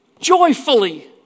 joyfully